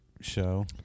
show